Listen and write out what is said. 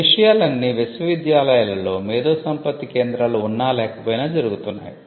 ఈ విషయాలన్నీ విశ్వవిద్యాలయాలలో మేధోసంపత్తి కేంద్రాలు ఉన్నా లేకపోయినా జరుగుతున్నాయి